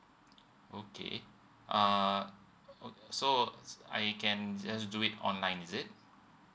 okay uh okay so I can just do it online is it